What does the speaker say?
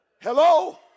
Hello